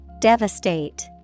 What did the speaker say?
Devastate